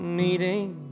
meeting